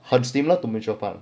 很 similar to mutual fund